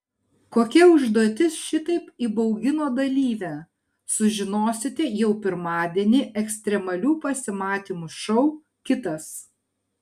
kokia užduotis šitaip įbaugino dalyvę sužinosite jau pirmadienį ekstremalių pasimatymų šou kitas